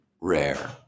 rare